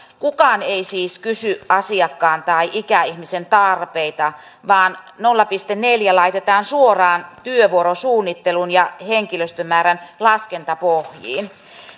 kukaan ei siis kysy asiakkaan tai ikäihmisen tarpeita vaan nolla pilkku neljään laitetaan suoraan työvuorosuunnittelun ja henkilöstömäärän laskentapohjiin